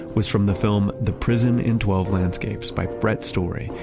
was from the film, the prison in twelve landscapes by brett story.